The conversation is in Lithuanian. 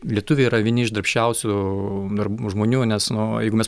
lietuviai yra vieni iš darbščiausių darb žmonių nes nu jeigu mes